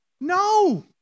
No